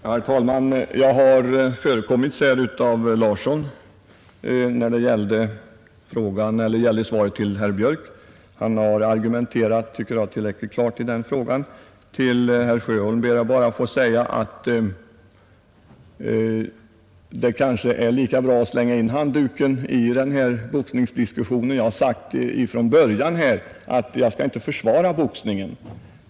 Herr talman! Jag har förekommits av herr Larsson i Vänersborg när det gällde svaret till herr Björk i Göteborg. Herr Larsson har, tycker jag, argumenterat tillräckligt klart i den frågan. Till herr Sjöholm ber jag bara att få säga att det kanske är lika bra att slänga in handduken i den här boxningsdiskussionen. Jag har sagt från början att jag inte skall försvara boxningen.